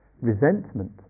resentment